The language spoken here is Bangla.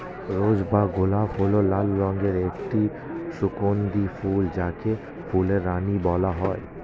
রোজ বা গোলাপ হল লাল রঙের একটি সুগন্ধি ফুল যাকে ফুলের রানী বলা হয়